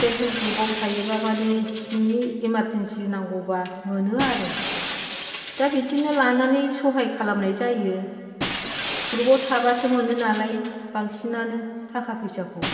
self help ग्रुपाव थायोबा माने नोंनि इमारजेन्सि नांगौबा मोनो आरो दा बिदिनो लानानै सहाय खालामनाय जायो ग्रुपाव थाबासो मोनो नालाय बांसिनानो थाखा फैसाखौ